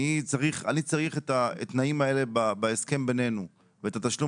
אני צריך את התנאים האלה בהסכם בנינו ואת התשלום